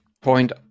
point